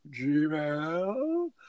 Gmail